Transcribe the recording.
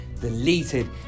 deleted